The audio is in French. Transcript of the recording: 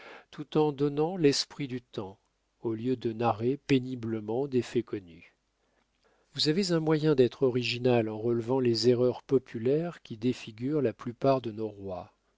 tout en donnant l'esprit du temps au lieu de narrer péniblement des faits connus vous avez un moyen d'être original en relevant les erreurs populaires qui défigurent la plupart de nos rois